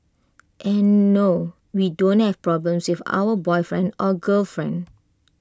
and no we don't have problems with our boyfriend or girlfriend